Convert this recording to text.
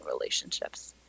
relationships